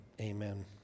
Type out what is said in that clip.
Amen